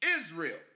Israel